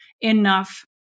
enough